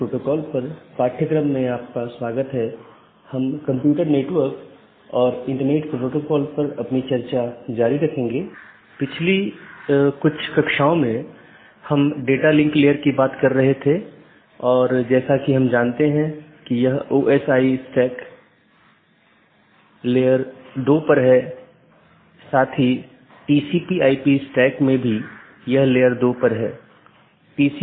यदि आप पिछले लेक्चरों को याद करें तो हमने दो चीजों पर चर्चा की थी एक इंटीरियर राउटिंग प्रोटोकॉल जो ऑटॉनमस सिस्टमों के भीतर हैं और दूसरा बाहरी राउटिंग प्रोटोकॉल जो दो या उससे अधिक ऑटॉनमस सिस्टमो के बीच है